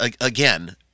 again